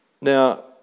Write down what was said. Now